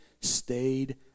stayed